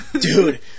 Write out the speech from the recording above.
Dude